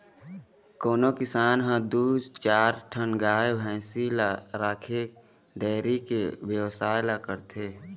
कोनो किसान ह दू चार ठन गाय भइसी ल राखके डेयरी के बेवसाय ल करथे